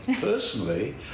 personally